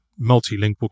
multilingual